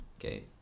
okay